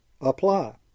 apply